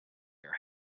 your